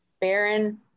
Baron